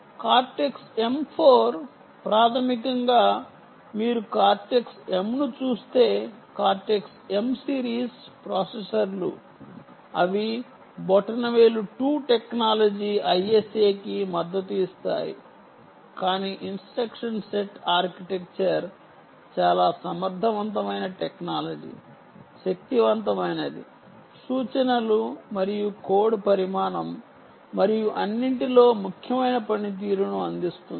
cortex M4 ప్రాథమికంగా మీరు cortex M ను చూస్తే కార్టెక్స్ M సిరీస్ ప్రాసెసర్లు అవి బొటనవేలు 2 టెక్నాలజీ ISA కి మద్దతు ఇస్తాయి కానీ ఇన్స్ట్రక్షన్ సెట్ ఆర్కిటెక్చర్ చాలా సమర్థవంతమైన టెక్నాలజీ శక్తివంతమైనది సూచనలు మరియు కోడ్ పరిమాణం మరియు అన్నిటిలో ముఖ్యమైన పనితీరును అందిస్తుంది